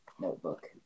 Notebook